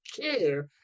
care